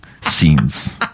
scenes